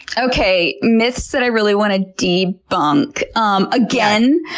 okay. myths that i really want to debunk. um again,